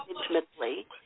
intimately